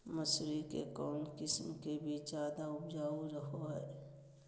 मसूरी के कौन किस्म के बीच ज्यादा उपजाऊ रहो हय?